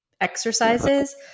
exercises